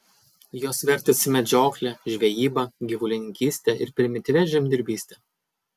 jos vertėsi medžiokle žvejyba gyvulininkyste ir primityvia žemdirbyste